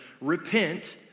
repent